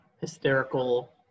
hysterical